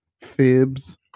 Fibs